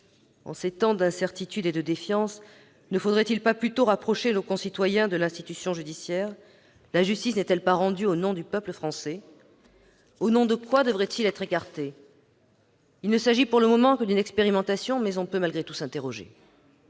En ces temps d'incertitude et de défiance, ne faudrait-il pas plutôt rapprocher nos concitoyens de l'institution judiciaire ? La justice n'est-elle pas rendue au nom du peuple français ? Au nom de quoi celui-ci devrait-il être écarté ? Il ne s'agit, pour le moment, que d'une expérimentation, mais on peut malgré tout s'interroger.